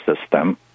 system